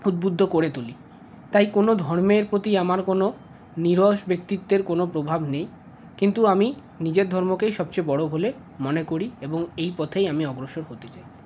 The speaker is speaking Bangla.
উদ্বুদ্ধ করে তুলি তাই কোন ধর্মের প্রতি আমার কোন নিরস ব্যক্তিত্বের কোন প্রভাব নেই কিন্তু আমি নিজের ধর্মকেই সবচেয়ে বড় বলে মনে করি এবং এই পথেই অগ্রসর হতে চাই